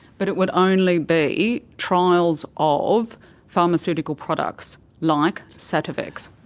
but it would only be trials of pharmaceutical products like sativex?